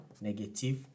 negative